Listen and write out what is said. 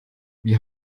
wir